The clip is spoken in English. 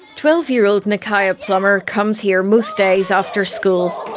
twelve-year-old nakaylah plummer comes here most days after school.